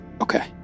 Okay